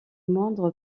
moindre